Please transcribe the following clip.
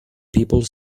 people